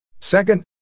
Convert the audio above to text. Second